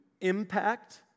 impact